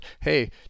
hey